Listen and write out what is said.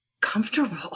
comfortable